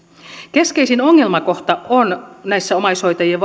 keskeisin ongelmakohta näissä omaishoitajien